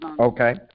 Okay